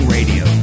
Radio